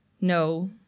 no